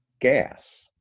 gas